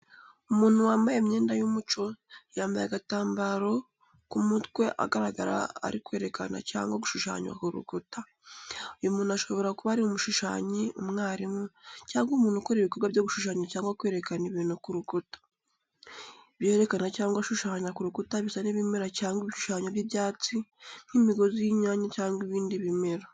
Umuntu wambaye imyenda y’umuco, yambaye agatambaro ku mutwe agaragara ari kwerekana cyangwa gushushanya ku rukuta. Uyu muntu ashobora kuba ari umushushanyi, umwarimu, cyangwa umuntu ukora ibikorwa byo gushushanya cyangwa kwerekana ibintu ku rukuta. Ibyo yerekana cyangwa ashushanya ku rukuta bisa n’ibimera cyangwa ibishushanyo by'ibyatsi nk’imigozi y’inyanya cyangwa ibindi bimera.